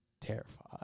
terrified